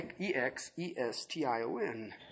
E-X-E-S-T-I-O-N